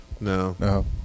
No